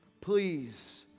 please